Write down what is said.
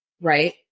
right